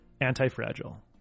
Anti-Fragile